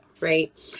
Right